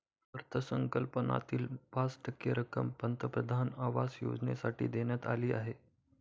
अर्थसंकल्पातील पाच टक्के रक्कम पंतप्रधान आवास योजनेसाठी देण्यात आली आहे